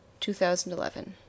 2011